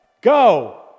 go